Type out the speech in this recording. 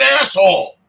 asshole